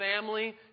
family